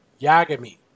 Yagami